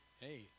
Hey